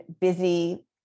busy